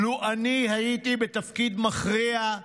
"לו אני הייתי בתפקיד מכריע,